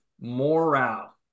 morale